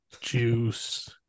Juice